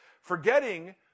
Forgetting